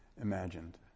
imagined